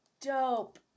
dope